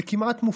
זה כמעט מופרך.